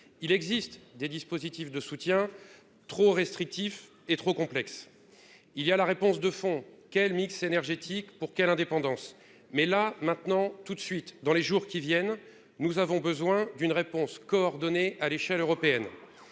il existe des dispositifs de soutien trop restrictif et trop complexe, il y a la réponse de fond quel mix énergétique pour quelle indépendance mais là maintenant, tout de suite, dans les jours qui viennent, nous avons besoin d'une réponse coordonnée à l'échelle européenne,